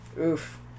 Oof